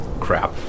crap